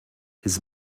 his